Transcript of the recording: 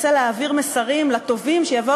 אותו?